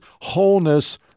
wholeness